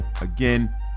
Again